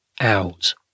out